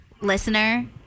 Listener